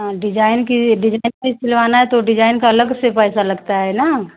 हाँ डिजाइन की डिजाइन ही सिलवाना है तो डिजाइन का अलग से पैसा लगता है ना